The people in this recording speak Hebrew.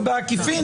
ובעקיפין,